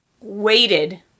waited